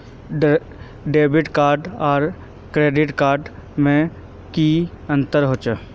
Debit card आर credit card में की अंतर होचे?